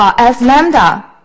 as lambda